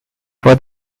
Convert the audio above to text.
for